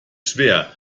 schwer